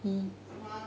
mm